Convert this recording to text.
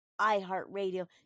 iHeartRadio